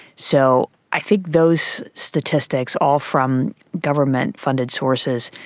so i think those statistics, all from government funded sources,